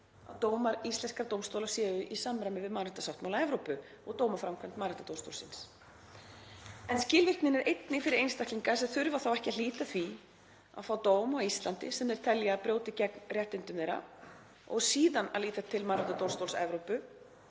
dómar íslenskra dómstóla séu í samræmi við mannréttindasáttmála Evrópu og dómaframkvæmd Mannréttindadómstólsins, en skilvirknin er einnig fyrir einstaklinga sem þurfa þá ekki að hlíta því að fá dóm á Íslandi sem þeir telja að brjóti gegn réttindum þeirra og síðan að líta til Mannréttindadómstóls Evrópu